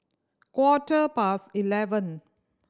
quarter past eleven